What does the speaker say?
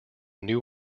new